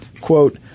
Quote